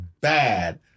bad